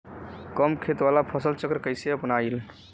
कम खेत वाला फसल चक्र कइसे अपनाइल?